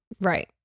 Right